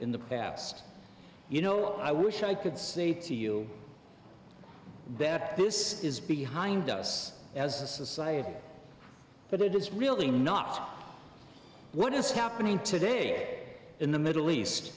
in the past you know i wish i could say to you beth this is behind us as a society but it is really not what is happening today in the middle east